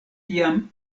tiam